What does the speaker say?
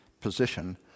position